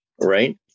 right